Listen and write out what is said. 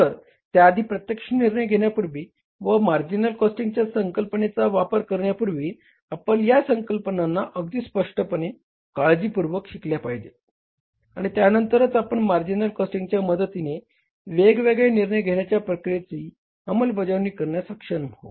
तर त्याआधी प्रत्यक्ष निर्णय घेण्यापूर्वी व मार्जिनल कॉस्टिंगच्या संकल्पनेचा वापर करण्यापूर्वी आपण या संकल्पना अगदी स्पष्टपणे काळजीपूर्वक शिकल्या पाहिजेत आणि त्यानंतरच आपण मार्जिनल कॉस्टिंगच्या मदतीने वेगवगळे निर्णय घेण्याच्या प्रक्रियेची अंमलबजावणी करण्यास सक्षम होऊ